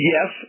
Yes